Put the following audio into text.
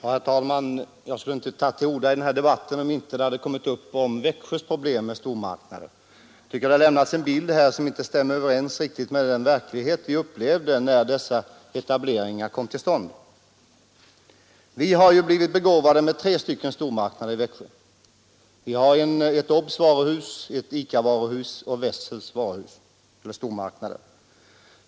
Herr talman! Jag skulle inte ha tagit till orda i den här debatten om inte problemet med stormarknaderna i Växjö hade kommit upp. Det lämnas en bild här som inte riktigt stämmer överens med den verklighet vi upplevde när dessa etableringar kom till stånd. Vi har blivit begåvade med tre stormarknader i Växjö. Vi har ett Obs-varuhus, ett ICA-varuhus och Wessels stormarknad.